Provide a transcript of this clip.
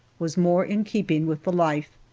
was more in keeping with the life,